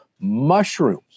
Mushrooms